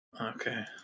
Okay